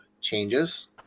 changes